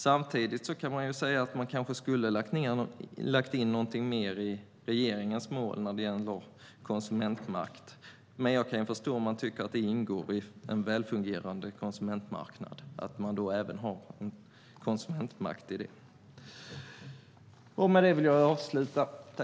Samtidigt kan man säga att regeringen kanske skulle lagt in någonting mer i sitt mål när det gäller konsumentmakt. Men jag kan förstå om man tycker att det ingår i en välfungerande konsumentmarknad och att man även har en konsumentmakt i det. Jag vill avsluta med detta.